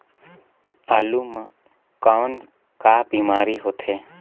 आलू म कौन का बीमारी होथे?